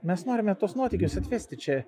mes norime tuos nuotykius atvesti čia